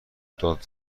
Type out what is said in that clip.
داد